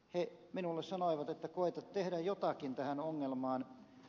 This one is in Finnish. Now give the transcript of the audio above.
he minulle sanoivat että koeta tehdä jotakin tähän ongelmaan